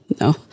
No